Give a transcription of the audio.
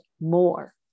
more